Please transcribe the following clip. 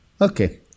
Okay